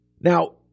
Now